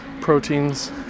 Proteins